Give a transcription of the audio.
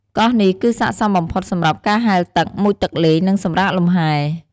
កោះនេះគឺស័ក្តិសមបំផុតសម្រាប់ការហែលទឹក មុជទឹកលេង និងសម្រាកលំហែ។